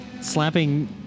slapping